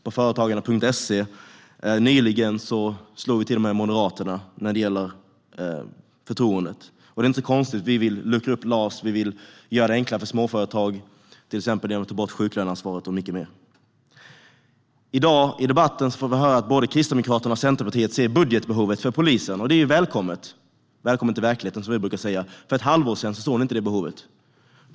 På foretagarna.se nyligen slog vi till och med Moderaterna i förtroende. Det är inte så konstigt, för vi vill luckra upp LAS och göra det enklare för småföretag, till exempel genom att ta bort sjuklöneansvaret och mycket mer. I dag hör vi i debatten att både Kristdemokraterna och Centerpartiet ser polisens budgetbehov. Det är välkommet. Som vi brukar säga: Välkommen till verkligheten! För ett halvår sedan såg ni inte det behovet.